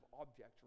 object